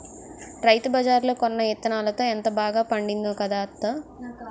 రైతుబజార్లో కొన్న యిత్తనాలతో ఎంత బాగా పండిందో కదా అత్తా?